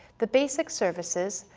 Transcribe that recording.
the basic services,